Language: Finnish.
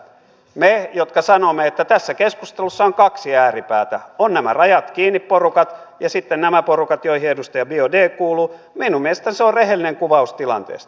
me jotka sanomme että tässä keskustelussa on kaksi ääripäätä on nämä rajat kiinni porukat ja sitten nämä porukat joihin edustaja biaudet kuuluu minun mielestäni se on rehellinen kuvaus tilanteesta